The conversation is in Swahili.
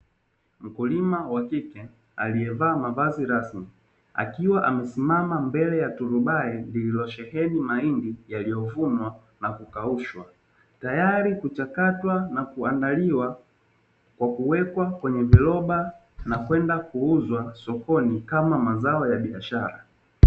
Mkulima wa kike aliyevaa mavazi rasmi akiwa amesimama mbele ya turubai lililosheheni mahindi yaliyovunwa na kukaushwa, tayari kuchakatwa na kuandaliwa kwa kuwekwa kwenye viroba na kwenda kuuzwa sokoni kama mazao ya biashara.